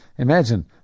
Imagine